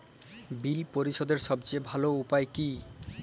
বিল পরিশোধের সবচেয়ে ভালো উপায় কী?